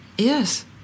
Yes